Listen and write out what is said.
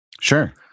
Sure